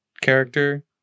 character